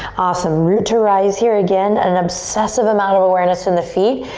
awesome, root to rise here. again, an obsessive amount of awareness in the feet.